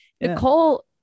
Nicole